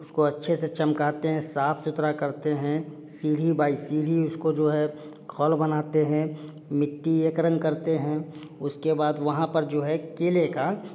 उसको अच्छे से चमकाते हैं साफ सुथरा करते हैं सीढ़ी बाई सीढ़ी उसको जो है खौल बनाते हैं मिट्टी एक रंग करते हैं उसके बाद वहाँ पर जो है केले का